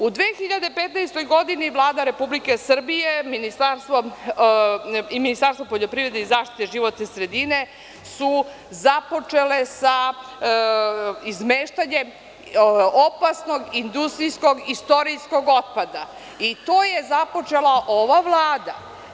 U 2015. godini Vlada Republike Srbije i Ministarstvo poljoprivrede i zaštite životne sredine su započele sa izmeštanjem opasnog industrijskog, istorijskog otpada i to je započela ova Vlada.